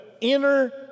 inner